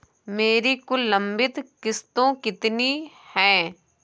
मेरी कुल लंबित किश्तों कितनी हैं?